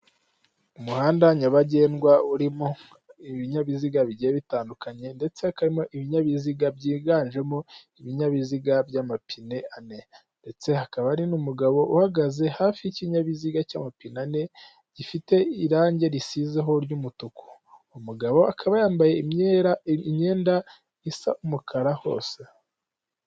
Umuhanda nyabagendwa urimo ibinyabiziga bigiye bitandukanye ndetse hakaba harimo ibinyabiziga byiganjemo ibinyabiziga by'amapine ane ndetse hakaba hari n'umugabo uhagaze hafi y'ikinyabiziga cy'amapine ane gifite irangi risizeho ry'umutuku, umugabo akaba yambaye imyenda isa umukara hose.